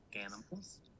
animals